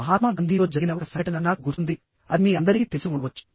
మహాత్మా గాంధీతో జరిగిన ఒక సంఘటన నాకు గుర్తుంది అది మీ అందరికీ తెలిసి ఉండవచ్చు